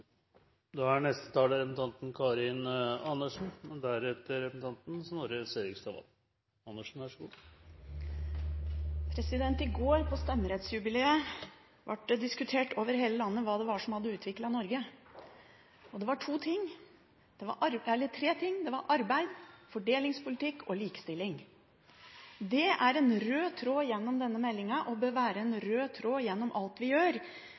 I går, på stemmerettsjubileet, ble det over hele landet diskutert hva som hadde utviklet Norge. Det var tre ting: Det var arbeid, fordelingspolitikk og likestilling. Det er en rød tråd gjennom denne meldingen – og bør være en rød tråd gjennom alt vi gjør,